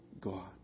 God